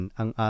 ang